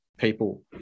people